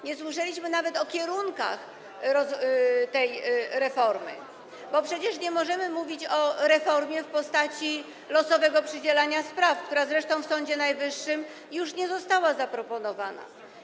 Nie słyszeliśmy nawet o kierunkach tej reformy - bo przecież nie możemy mówić o reformie w postaci losowego przydzielania spraw, która zresztą w Sądzie Najwyższym już nie została zaproponowana.